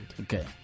Okay